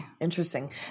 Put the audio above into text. Interesting